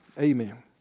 amen